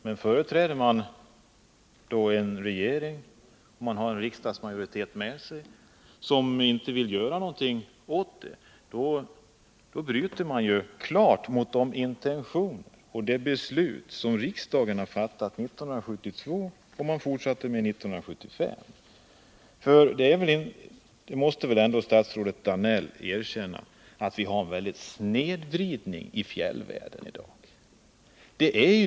Men företräder man en regering som har en riksdagsmajoritet med sig och som inte vill göra någonting åt saken, kan man bryta mot de intentioner och det beslut som riksdagen har fattat 1972 och fortsatte med 1975. Statsrådet Danell måste väl ändå erkänna att vi har en väldig snedvridning i fjällvärlden i dag.